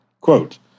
Quote